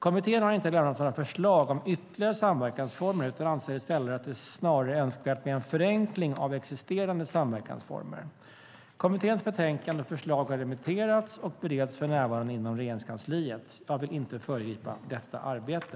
Kommittén har inte lämnat några förslag om ytterligare samverkansformer utan anser i stället att det snarare är önskvärt med förenkling av existerande samverkansformer. Kommitténs betänkande och förslag har remitterats och bereds för närvarande inom Regeringskansliet. Jag vill inte föregripa detta arbete.